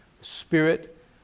spirit